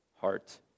heart